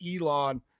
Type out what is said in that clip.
Elon